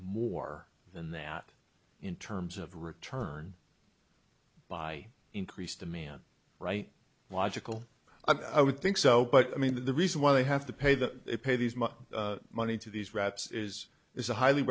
more than that in terms of return by increased demand right logical i would think so but i mean the reason why they have to pay that they pay these much money to these rats is is a highly